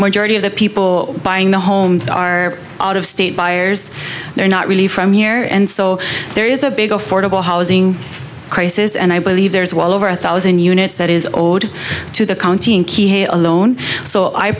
majority of the people buying the homes are out of state buyers they're not really from here and so there is a big affordable housing crisis and i believe there's well over a thousand units that is owed to the county alone so i